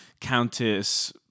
Countess